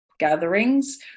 gatherings